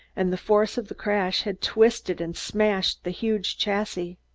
and the force of the crash had twisted and smashed the huge chassis.